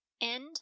End